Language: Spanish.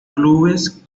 clubes